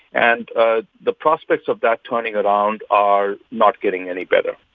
and ah the prospects of that turning around are not getting any better.